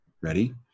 Ready